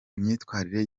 imyitwarire